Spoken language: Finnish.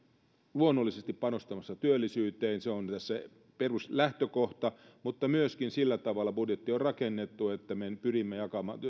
luonnollisesti panostamassa työllisyyteen se on tässä peruslähtökohta mutta myöskin sillä tavalla budjetti on rakennettu että me pyrimme